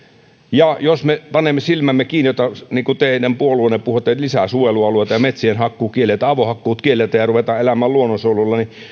ja jos me panemme silmämme kiinni niin kuin te eilen puolueena kun puhuitte siitä että lisää suojelualueita ja siitä että kielletään metsien hakkuu kielletään avohakkuut ja ruvetaan elämään luonnonsuojelulle niin